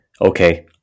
okay